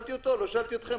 שאלתי אותו, לא שאלתי אתכם.